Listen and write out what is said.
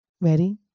ready